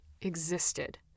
existed